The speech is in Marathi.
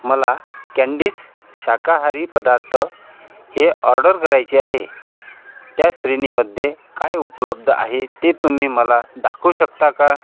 मला कँडीज शाकाहारी पदार्थ हे ऑर्डर करायचे आहे त्या श्रेणीमध्ये काय उपलब्ध आहे ते तुम्ही मला दाखवू शकता का